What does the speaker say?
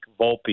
Volpe